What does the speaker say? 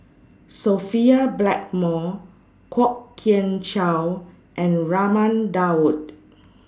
Sophia Blackmore Kwok Kian Chow and Raman Daud